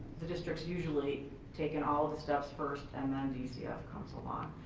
the district usually taken all of the steps first, and um dcf comes along.